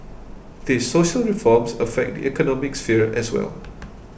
these social reforms affect the economic sphere as well